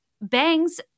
bangs